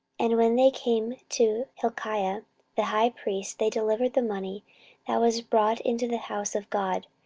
and when they came to hilkiah the high priest, they delivered the money that was brought into the house of god,